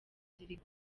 zirimo